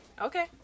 okay